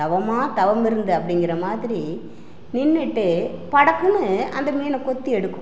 தவமாக தவம் இருந்து அப்படிங்கிற மாதிரி நின்றுட்டு படக்குன்னு அந்த மீனை கொத்தி எடுக்கும்